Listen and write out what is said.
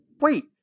wait